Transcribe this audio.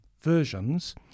versions